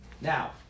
Now